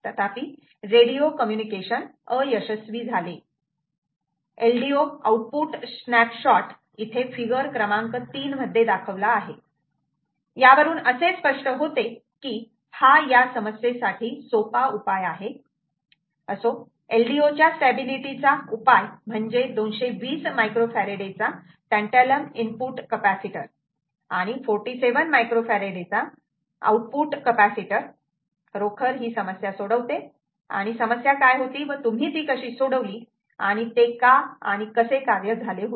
तथापि radio communication अयशस्वी झाले LDO आउटपुट स्नॅपशॉट इथे फिगर क्रमांक 3 मध्ये दाखवला आहे यावरून असे स्पष्ट होते की हा या समस्येसाठी सोपा उपाय आहे असो LDO च्या स्टॅबिलिटी चा उपाय म्हणजे 220 मायक्रोफॅरेडचा टँटॅलम इनपुट कॅपॅसिटर आणि 47 मायक्रोफॅरेडचा आउटपुट कपॅसिटर खरोखर ही समस्या सोडवते आणि समस्या काय होती व तुम्ही ती कशी सोडवली आणि ते का आणि कसे कार्य झाले होते